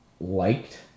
liked